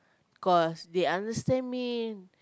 cause they understand me